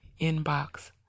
inbox